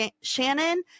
Shannon